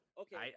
Okay